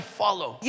follow